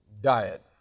diet